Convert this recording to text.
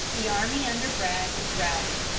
the army under bragg was routed,